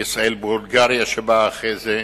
ישראל בולגריה שבא אחרי זה,